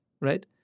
right